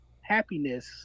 happiness